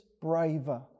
braver